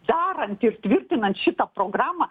darant ir tvirtinant šitą programą